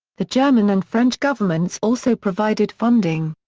the german and french governments also provided funding.